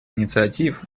инициатив